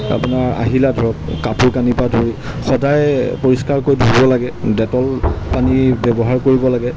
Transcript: আপোনাৰ আহিলা ধৰক কাপোৰ কানিৰ পৰা ধৰি সদায় পৰিষ্কাৰকৈ ধুব লাগে ডেটল পানী ব্যৱহাৰ কৰিব লাগে